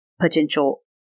potential